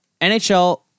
NHL